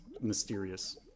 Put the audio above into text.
mysterious